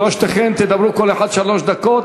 שלושתכן תדברו כל אחת שלוש דקות,